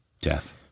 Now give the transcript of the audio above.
death